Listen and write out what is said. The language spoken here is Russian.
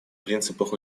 принципах